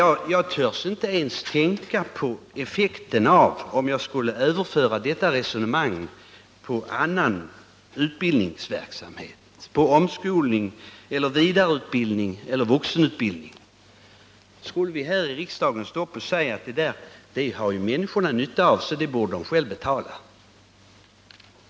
Ja, jag törs inte ens tänka på effekterna om jag skulle överföra detta resonemang på annan utbildningsverksamhet — på omskolning eller vidareutbildning eller vuxenutbildning. Då skulle vi här i riksdagen stå upp och säga att det där har människorna nytta av, så det får de själva betala.